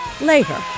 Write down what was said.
later